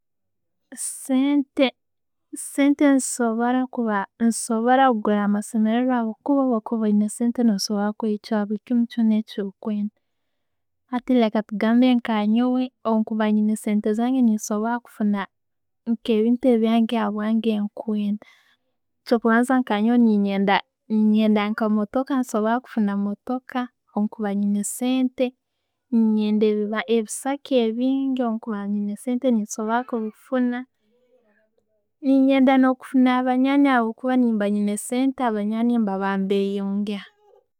Sente sente nezisobora kuba nezisobora kugura amasemererwa habwokuba bwokuba oyina sente no sobora kwihikyaho bulikimu kyona kyokwenda. Hati katugambe nka'nyoowe, obwenkuba niina sente zange, ninsobora kufuna nke ebintu ebyange habwange nkwenda. Kyokubanza nka nyoowe nyenda nyenda emootoka, nsobora kubanza kufuna emootoka. Okuba nina sente, ninyenda ebisaka bingi nikyo okurora nina sente ninsobora kubifuna. Ninyenda kufuna nabanywani habwokuba wenkuba nesente, na'banywani baba nebeyongera.